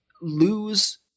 lose